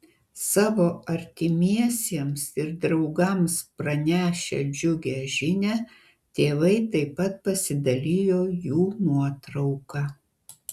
savo artimiesiems ir draugams pranešę džiugią žinią tėvai taip pat pasidalijo jų nuotrauka